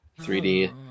3d